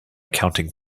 counting